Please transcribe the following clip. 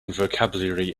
vocabulary